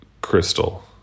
Crystal